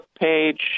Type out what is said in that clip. page